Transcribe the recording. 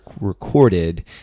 recorded